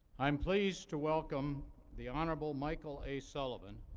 i'm pleased to welcome the honorable michael a. sullivan,